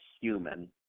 human